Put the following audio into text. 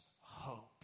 hope